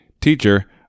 Teacher